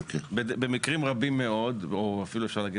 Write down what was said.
במקרים רבים מאוד או אפילו אפשר לומר